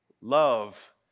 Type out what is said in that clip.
Love